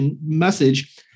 message